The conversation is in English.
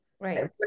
Right